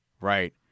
right